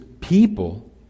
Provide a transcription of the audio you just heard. people